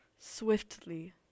Swiftly